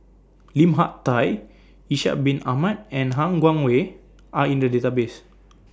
Lim Hak Tai Ishak Bin Ahmad and Han Guangwei Are in The Database